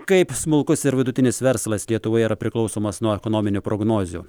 kaip smulkus ir vidutinis verslas lietuvoje yra priklausomas nuo ekonominių prognozių